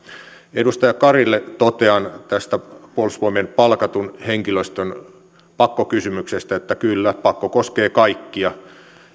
edustaja karille totean tästä puolustusvoimien palkatun henkilöstön pakkokysymyksestä että kyllä pakko koskee kaikkia